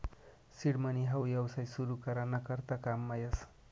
seed money हाऊ येवसाय सुरु करा ना करता काममा येस